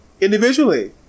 individually